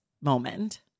moment